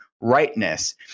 rightness